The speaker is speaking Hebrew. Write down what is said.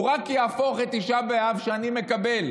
הוא רק יהפוך את תשעה באב, שאני מקבל